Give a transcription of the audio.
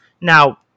Now